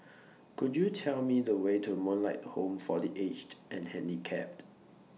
Could YOU Tell Me The Way to Moonlight Home For The Aged and Handicapped